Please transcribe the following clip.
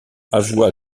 avoua